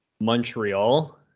Montreal